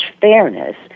fairness